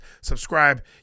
Subscribe